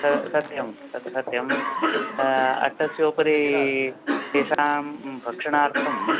सत्यं सत्यं तत् सत्यम् अट्टस्योपरि तेषां भक्षणार्थं